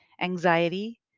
anxiety